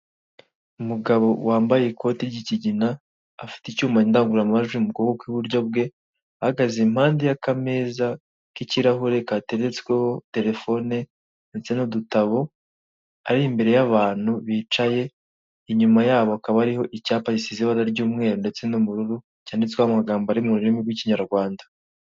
Umugabo wambaye ikoti ry'ikigina afite icyuma ndangurura majwi mu kuboko kw'iburyo bwe, ahagaze impande y'akameza k'ikirahure kateretsweho terefone ndetse n'udutabo, ari imbere y'abantu bicaye, inyuma yabo hakaba hariho icyapa gisize ibara ry'umweru, ndetse n'ubururu cyanditsweho amagambo ari mu rurimi rw'ikinyarwanda.